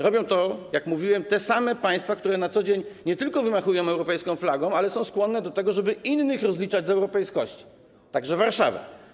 Robią to, jak mówiłem, te same państwa, które na co dzień nie tylko wymachują europejską flagą, ale są skłonne do tego, żeby innych rozliczać z europejskości, także Warszawę.